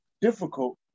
difficult